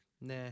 nah